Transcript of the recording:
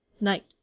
Night